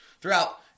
throughout